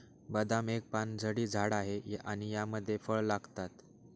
बदाम एक पानझडी झाड आहे आणि यामध्ये फळ लागतात